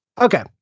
Okay